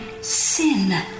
sin